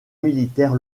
militaire